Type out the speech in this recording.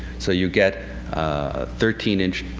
so you get a thirteen inch,